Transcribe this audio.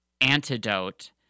antidote